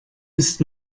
ist